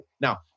Now